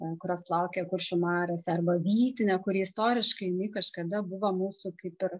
ten kurios plaukioja kuršių mariose arba vytinę kuri istoriškai jinai kažkada buvo mūsų kaip ir